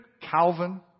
Calvin